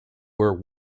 were